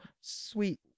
sweet